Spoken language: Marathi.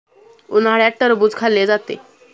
उन्हाळ्यात टरबूज खाल्ले जाते